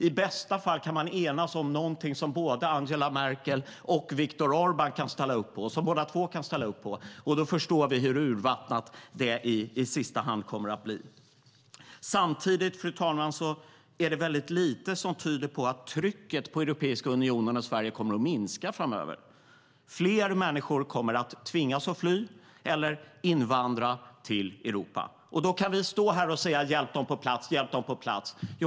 I bästa fall kan man enas om någonting som både Angela Merkel och Victor Orbán kan ställa upp på, och då förstår vi hur urvattnat det i sista hand kommer att bli. Fru talman! Samtidigt är det väldigt lite som tyder på att trycket på Europeiska unionen och Sverige kommer att minska framöver. Fler människor kommer att tvingas att fly eller invandra till Europa. Då kan vi stå här och upprepa: Hjälp dem på plats!